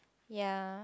ya